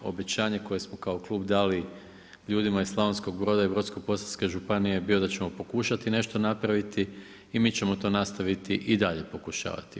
Obećanje koje smo kao klub dali ljudima iz Slavonskog Broda i Brodsko-posavske županije je bio da ćemo pokušati nešto napraviti i mi ćemo to nastaviti i dalje pokušavati.